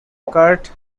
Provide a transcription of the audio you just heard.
kurt